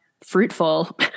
fruitful